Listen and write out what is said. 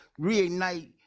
reignite